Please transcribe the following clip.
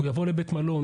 יבוא האזרח לבית מלון,